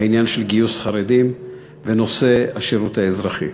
העניין של גיוס חרדים ונושא השירות האזרחי.